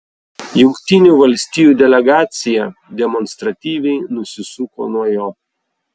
jungtinių valstijų delegacija demonstratyviai nusisuko nuo jo